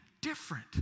different